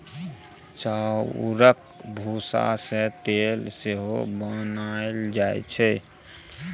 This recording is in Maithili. चाउरक भुस्सा सँ तेल सेहो बनाएल जाइ छै